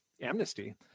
amnesty